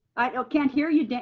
i ah can't hear you.